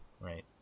right